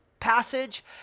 Passage